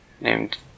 named